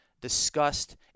discussed